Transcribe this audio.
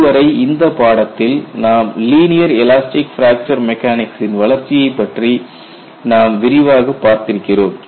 இதுவரை இந்த பாடத்தில் நாம் லீனியர் எலாஸ்டிக் பிராக்சர் மெக்கானிக்சின் வளர்ச்சியை பற்றி நாம் விரிவாகப் பார்த்திருக்கிறோம்